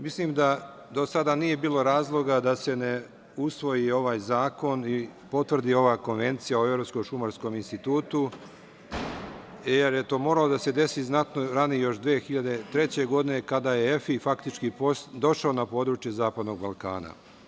Mislim da do sada nije bilo razloga da se ne usvoji ovaj Zakon i potvrdi ova Konvencija o Evropskom Šumarskom Institutu, jer je to moralo da se desi znatno ranije, još 2003. godine, kada je EFI faktički došao na područje Zapadnog Balkana.